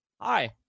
Hi